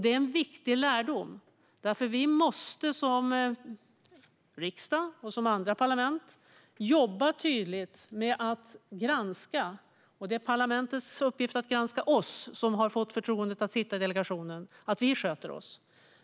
Det är en viktig lärdom, och därför måste riksdagen och andra parlament jobba tydligt med att granska. Det är parlamentets uppgift att granska oss som har fått förtroendet att sitta i delegationen så att vi sköter oss.